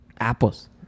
apples